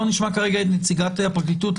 אנחנו נשמע כרגע את נציגת הפרקליטות.